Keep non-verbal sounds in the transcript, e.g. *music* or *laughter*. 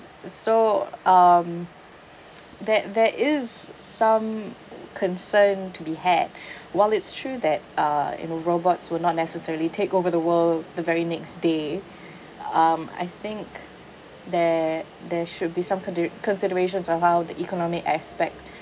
so um that there is some concern to be had *breath* while it's true that uh you know robots will not necessarily take over the world the very next day um I think there there should be some condu~ considerations of how the economy aspect